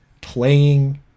playing